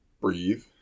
breathe